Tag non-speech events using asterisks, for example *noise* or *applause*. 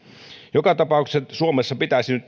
joka tapauksessa tässä maassa pitäisi nyt *unintelligible*